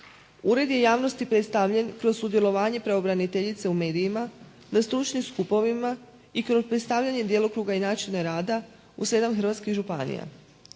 Ured je javnosti predstavljen kroz sudjelovanje pravobraniteljice u medijima, na stručnim skupovima i kroz predstavljanje djelokruga i načina rada u 7 hrvatskih županija.